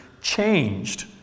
changed